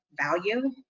value